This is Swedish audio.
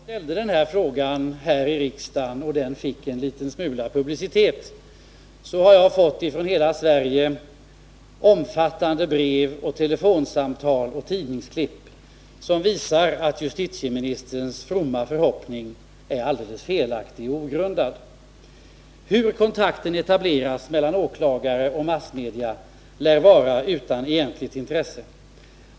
Herr talman! Sedan jag ställde den här frågan i riksdagen och den fick en liten smula publicitet, har jag från hela Sverige i stor omfattning fått brev, telefonsamtal och tidningsklipp, som visar att justitieministerns fromma förhoppning är alldeles felaktig och ogrundad. Hur kontakten etableras mellan åklagare och massmedia lär vara utan egentligt intresse.